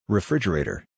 Refrigerator